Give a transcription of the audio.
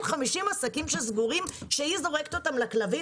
עסקים שסגורים ושהיא זורקת אותם לכלבים?